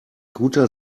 guter